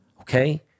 okay